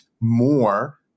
more